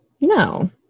No